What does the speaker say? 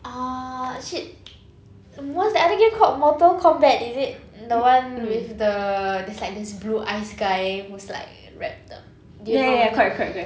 uh shit what's that other game called Mortal Kombat is it the one with the this like this blue ice guy who's like do you know who